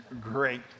great